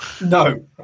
No